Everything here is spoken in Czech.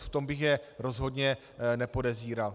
V tom bych je rozhodně nepodezíral.